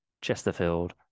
Chesterfield